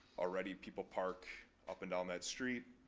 already, people park up and down that street,